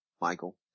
Michael